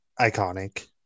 iconic